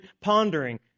pondering